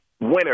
winner